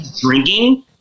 drinking